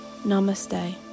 Namaste